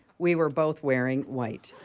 we were both wearing white.